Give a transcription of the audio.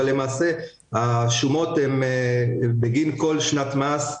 אבל השומות הן בגין כל שנת מס.